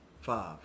Five